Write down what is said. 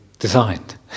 Designed